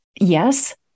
Yes